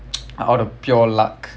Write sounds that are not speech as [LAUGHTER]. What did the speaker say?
[NOISE] out of pure luck